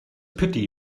pity